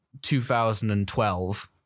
2012